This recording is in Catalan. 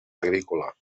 agrícola